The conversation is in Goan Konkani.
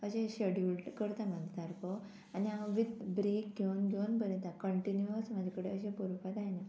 अशें शेड्यूल्ड करता म्हाजे सारको आनी हांव वीथ ब्रेक घेवन घेवन बरयता कंटिन्युअस म्हाजे कडेन अशें बरोवपाक जायना